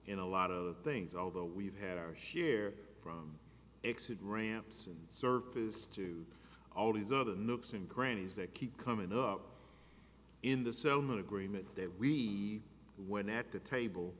in a lot of things although we've had our share from exit ramps and surface to all these other nooks and crannies that keep coming up in the settlement agreement that we when at the table